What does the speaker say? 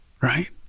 right